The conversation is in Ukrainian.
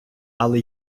але